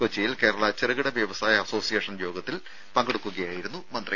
കൊച്ചിയിൽ കേരള ചെറുകിട വ്യവസായ അസോസിയേഷൻ യോഗത്തിൽ പങ്കെടുക്കുകയായിരുന്നു മന്ത്രി